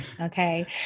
okay